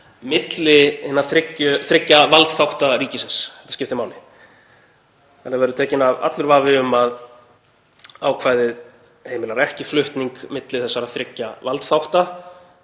hinna þriggja valdþátta ríkisins. Það skiptir máli. Þannig verður tekinn af allur vafi um að ákvæðið heimilar ekki flutning milli þessara þriggja valdþátta